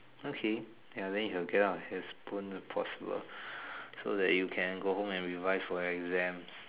okay ya then you can get out of here as soon as possible so that you can go home and revise for your exams